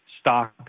stock